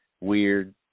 weird